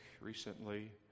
recently